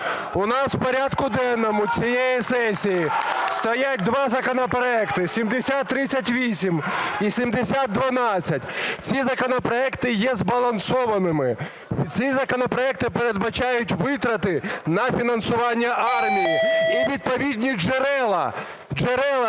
У нас в порядку денному цієї сесії стоять два законопроекти – 7038 і 7012. Ці законопроекти є збалансованими, ці законопроекти передбачають витрати на фінансування армії, і відповідні джерела